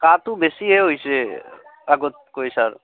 কাহটো বেছিহে হৈছে আগতকৈ ছাৰ